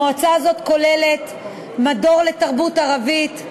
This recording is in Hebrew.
המועצה הזאת כוללת מדור לתרבות ערבית,